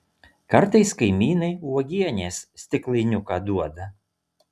kartais kaimynai uogienės stiklainiuką duoda